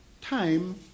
time